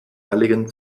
halligen